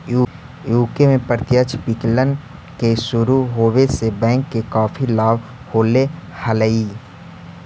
UK में प्रत्यक्ष विकलन के शुरू होवे से बैंक के काफी लाभ होले हलइ